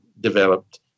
developed